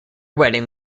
wedding